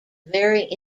very